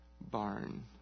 barn